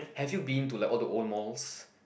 have you been to like all the old malls